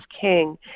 King